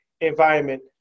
environment